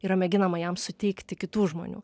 yra mėginama jam suteikti kitų žmonių